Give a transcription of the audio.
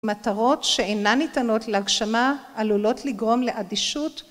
מטרות שאינה ניתנות להגשמה עלולות לגרום לאדישות